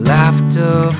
Laughter